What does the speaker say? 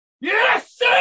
Yes